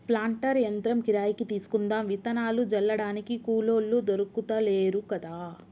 planter యంత్రం కిరాయికి తీసుకుందాం విత్తనాలు జల్లడానికి కూలోళ్లు దొర్కుతలేరు కదా